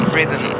rhythm